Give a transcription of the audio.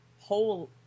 Whole